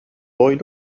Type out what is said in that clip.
boy